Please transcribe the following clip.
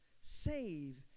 save